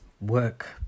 work